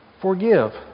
forgive